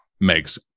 makes